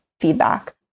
feedback